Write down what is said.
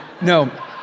No